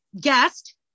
guest